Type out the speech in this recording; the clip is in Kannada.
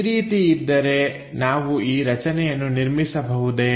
ಈ ರೀತಿ ಇದ್ದರೆ ನಾವು ಈ ರಚನೆಯನ್ನು ನಿರ್ಮಿಸಬಹುದೇ